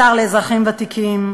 השר לאזרחים ותיקים,